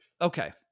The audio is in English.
Okay